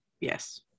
Yes